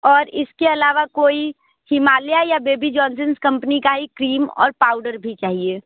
और इसके अलावा कोई हिमालया या बेबी जॉनसंस कंपनी का ही क्रीम और पाउडर भी चाहिए